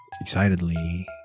excitedly